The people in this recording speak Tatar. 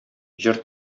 җыр